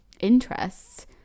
interests